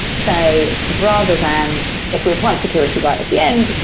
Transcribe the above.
so rather than if we applied security right at the end,